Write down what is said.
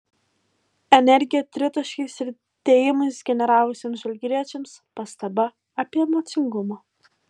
energiją tritaškiais ir dėjimais generavusiems žalgiriečiams pastaba apie emocingumą